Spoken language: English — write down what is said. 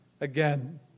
again